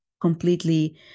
completely